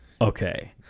Okay